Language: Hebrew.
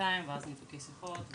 שעתיים ואז ניתוקי שיחות,